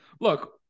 Look